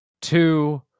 two